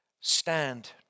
stand